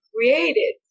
created